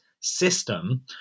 system